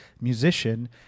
musician